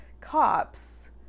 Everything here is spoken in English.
cops